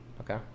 Okay